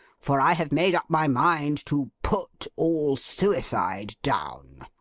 for i have made up my mind to put all suicide down!